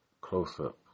close-up